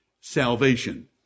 salvation